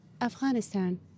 Afghanistan